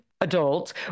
adult